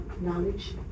knowledge